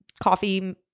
coffee